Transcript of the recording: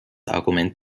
argument